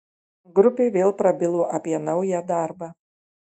grupė vėl prabilo apie naują darbą